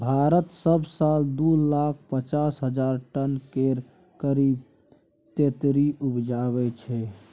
भारत सब साल दु लाख पचास हजार टन केर करीब तेतरि उपजाबै छै